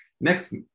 Next